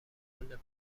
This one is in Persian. پول